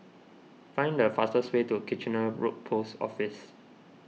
find the fastest way to Kitchener Road Post Office